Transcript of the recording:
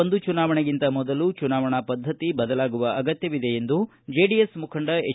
ಒಂದು ಚುನಾವಣೆಗಿಂತ ಮೊದಲು ಚುನಾವಣಾ ಪದ್ದತಿ ಬದಲಾಗುವ ಅಗತ್ಭವಿದೆ ಎಂದು ಜೆಡಿಎಸ್ ಮುಖಂಡ ಎಚ್